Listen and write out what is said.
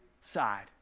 side